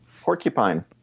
Porcupine